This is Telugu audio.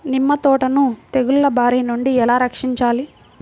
నిమ్మ తోటను తెగులు బారి నుండి ఎలా రక్షించాలి?